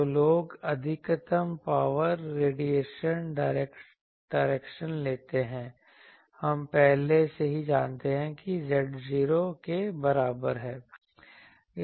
तो लोग अधिकतम पावर रेडिएशन डायरेक्शन लेते हैं हम पहले से ही जानते हैं कि z 0 के बराबर है